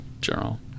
general